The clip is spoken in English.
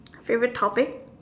favorite topic